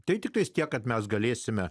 tai tiktai tiek kad mes galėsime